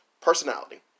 personality